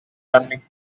learning